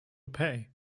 pay